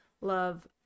love